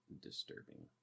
disturbing